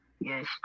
Yes